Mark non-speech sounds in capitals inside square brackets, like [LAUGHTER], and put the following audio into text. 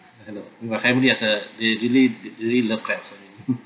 my family as a we really really love crabs I mean [LAUGHS]